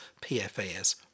PFAS